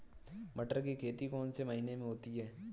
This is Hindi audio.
मटर की खेती कौन से महीने में होती है?